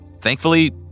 Thankfully